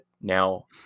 Now